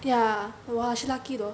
ya !wah! she lucky though